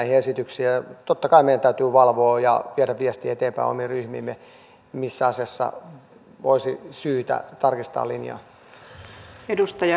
totta kai meidän täytyy valvoa ja viedä viestiä eteenpäin omiin ryhmiimme missä asiassa olisi syytä tarkistaa linjaa